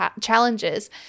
challenges